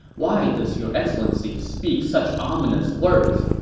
why does your excellency speak such ominous words?